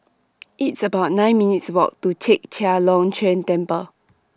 It's about nine minutes' Walk to Chek Chai Long Chuen Temple